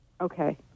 okay